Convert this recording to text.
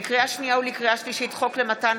לקריאה שנייה וקריאה שלישית: הצעת חוק למתן